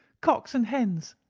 cocks and hens,